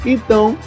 Então